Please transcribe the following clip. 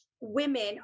women